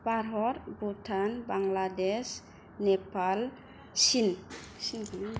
भारत भुटान बांग्लादेश नेपाल सिन